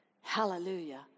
Hallelujah